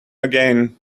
again